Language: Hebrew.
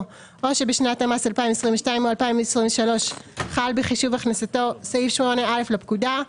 או שבשנת המס 2022 או 2023 חל בחישוב הכנסתו סעיף 8א לפקודה,